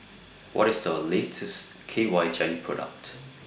What IS The latest K Y Jelly Product